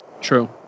True